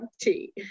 tea